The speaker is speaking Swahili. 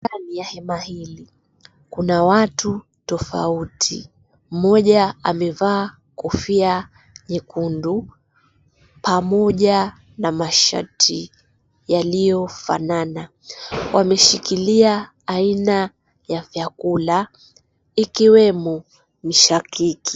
Ndani ya hema hili kuna watu tofauti, mmoja amevaa kofia nyekundu pamoja na mashati yaliyofanana. Wameshikilia aina ya vyakula ikiwemo mishakiki.